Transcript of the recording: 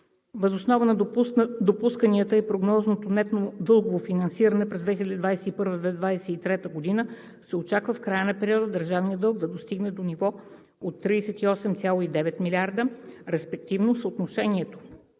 Въз основа на допусканията и прогнозното нетно дългово финансиране през 2021 – 2023 г. се очаква в края на периода държавният дълг да достигне до ниво от 38,9 млрд. лв., респективно съотношението